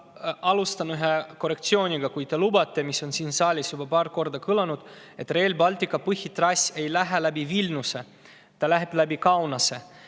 Ma alustan ühe korrektsiooniga, kui te lubate. [Parandan seda,] mis on siin saalis juba paar korda kõlanud. Rail Balticu põhitrass ei lähe läbi Vilniuse, see läheb läbi Kaunase.